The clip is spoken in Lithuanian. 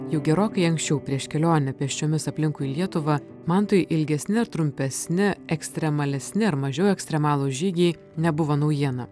jau gerokai anksčiau prieš kelionę pėsčiomis aplinkui lietuvą mantui ilgesni trumpesni ekstremalesni ar mažiau ekstremalūs žygiai nebuvo naujiena